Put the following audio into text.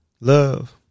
love